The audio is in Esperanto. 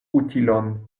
utilon